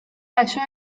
això